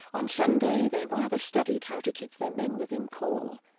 on sunday, they rather studied how to keep their men within call,